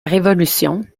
révolution